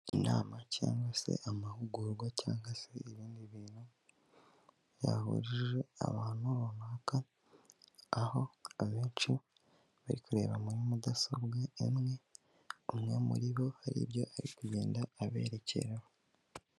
Inama cyangwa se amahugurwa cyangwa se ibindi bintu byahurije ahantu runaka aho, abenshi bari kureba muri mudasobwa imwe, umwe muri bo hari ibyo ari kugenda aberekeraho.